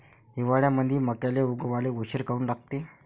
हिवाळ्यामंदी मक्याले उगवाले उशीर काऊन लागते?